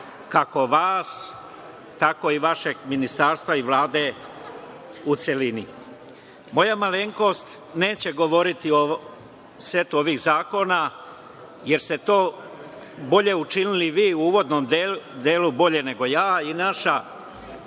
Kako vas, tako i vašeg ministarstva i Vlade, u celini. Moja malenkost neće govoriti o setu ovih zakona, jer ste to bolje učinili vi u uvodnom delu, bolje nego ja i naš